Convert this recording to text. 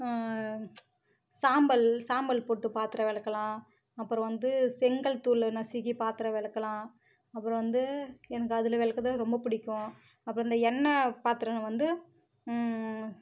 சாம்பல் சாம்பல் போட்டு பாத்திரம் விளக்கலாம் அப்புறம் வந்து செங்கல் தூள் நசுக்கி பாத்திரம் விளக்கலாம் அப்புறம் வந்து எனக்கு அதில் விளக்க தான் ரொம்ப பிடிக்கும் அப்புறம் அந்த எண்ணெய் பாத்திரம் வந்து